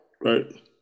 Right